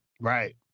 right